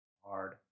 Hard